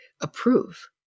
approve